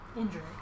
injury